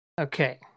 Okay